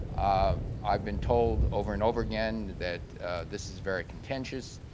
ah i've been told over and over again that this is very contentious.